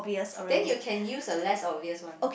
then you can use the less obvious one